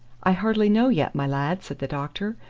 i hardly know yet, my lad, said the doctor.